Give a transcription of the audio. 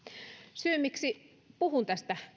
syy miksi puhun tästä